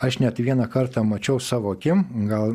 aš net vieną kartą mačiau savo akim gal